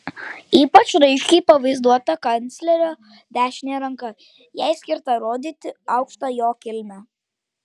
ypač raiškiai pavaizduota kanclerio dešinė ranka jai skirta rodyti aukštą jo kilmę